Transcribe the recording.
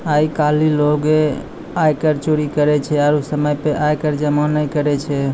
आइ काल्हि लोगें आयकर चोरी करै छै आरु समय पे आय कर जमो नै करै छै